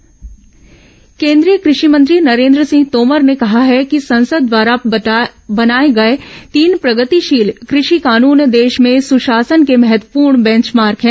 कृषि कानुन धान खरीदी केंद्रीय कृषि मंत्री नरेन्द्र सिंह तोमर ने कहा है कि संसद द्वारा बनाए गए तीन प्रगतिशील कृषि कानून देश में सुशासन के महत्वपूर्ण बेंचमार्क हैं